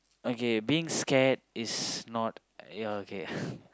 okay being scared is not yeah okay